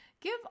Give